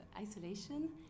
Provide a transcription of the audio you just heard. isolation